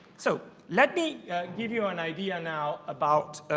so let me give you an idea now about,